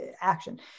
action